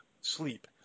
sleep